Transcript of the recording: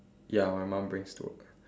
ya my mum brings to work